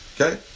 Okay